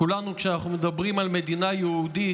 כולנו, כשאנחנו מדברים על מדינה יהודית,